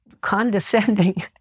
condescending